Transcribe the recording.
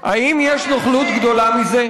האם יש נוכלות גדולה מזה?